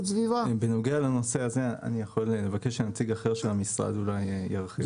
בנוגע לנושא הזה אני יכול לבקש שנציג אחר של המשרד ירחיב.